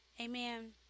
Amen